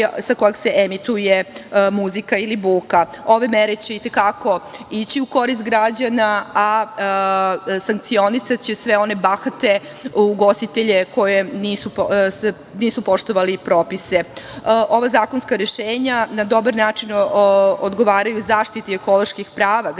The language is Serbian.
sa kojeg se emituje muzika ili buka. Ove mere će i te kako ići u koristi građana, a sankcionisaće sve one bahate ugostitelje koji nisu poštovali propise. Ova zakonska rešenja na dobar način odgovaraju zaštiti ekoloških prava građana